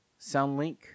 SoundLink